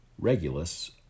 Regulus